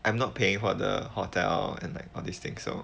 I am not paying for the hotel and like all these thing so